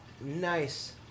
Nice